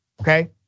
Okay